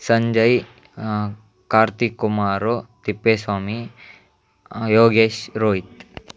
Sanjay Karthik Kumar Thippeswamy Yogesh Rohit